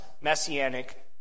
messianic